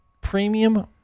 Premium